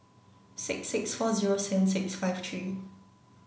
six six four zero seven six five three